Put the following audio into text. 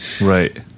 Right